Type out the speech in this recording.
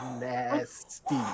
nasty